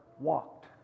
walked